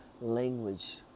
language